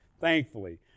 thankfully